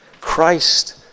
Christ